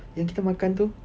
yang kita makan tu